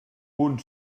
punt